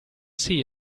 see